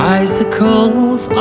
Bicycles